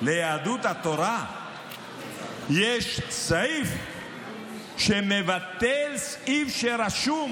ליהדות התורה יש סעיף שמבטל סעיף שרשום